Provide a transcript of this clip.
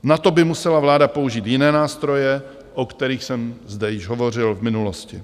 Na to by musela vláda použít jiné nástroje, o kterých jsem zde již hovořil v minulosti.